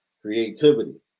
creativity